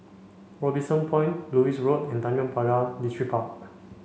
Robinson Point Lewis Road and Tanjong Pagar Distripark